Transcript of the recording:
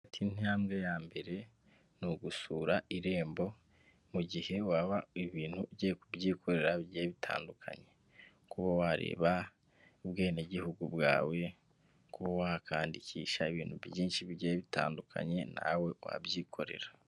Intambwe ya mbere ni ugusura irembo mu gihe waba ibintu ugiye kubyikorera bigiye bitandukanye, kuba wareba ubwenegihugu bwawe, kuba wakandikisha ibintu byinshi bigiye bitandukanye nawe wabyikorera.